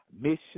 mission